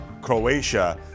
Croatia